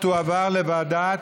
הצעת החוק תועבר לוועדת,